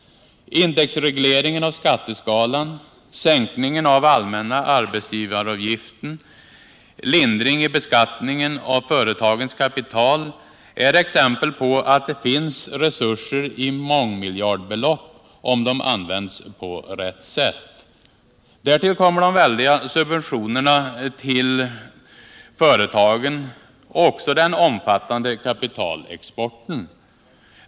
Indexregleringen av skatteskalan, sänkningen av allmänna arbetsgivaravgiften, lindring i beskattningen av företagens kapital är exempel på att det finns resurser i mångmiljardbelopp om de används på rätt sätt. Därtill kommer de väldiga subventionerna till företagen och den omfattande kapitalexporten.